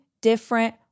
different